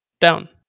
Down